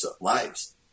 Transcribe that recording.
lives